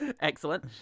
Excellent